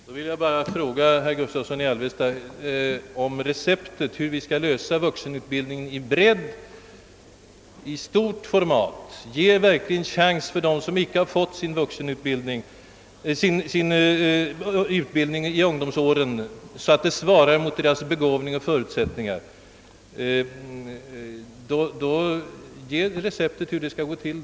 Herr talman! Jag vill bara fråga herr Gustavsson i Alvesta efter receptet på hur vuxenutbildningen skall kunna ges en sådan bredd och ett sådant format att alla som inte i ungdomsåren har haft tillfälle därtill får en chans att skaffa sig en utbildning som svarar mot deras begåvning och förutsättningar. Ge oss ett recept på hur detta skall gå till!